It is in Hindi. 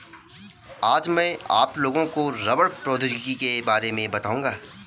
आज मैं आप लोगों को रबड़ प्रौद्योगिकी के बारे में बताउंगा